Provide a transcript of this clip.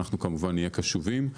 אנחנו, כמובן, נהיה קשובים.